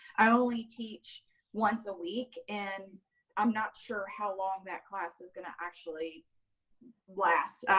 i only teach once a week and i'm not sure how long that class is going to actually last.